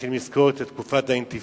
צריכים לזכור את תקופת האינתיפאדה,